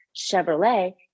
Chevrolet